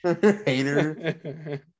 Hater